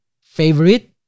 favorite